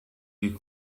you